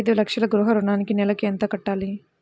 ఐదు లక్షల గృహ ఋణానికి నెలకి ఎంత కట్టాలి?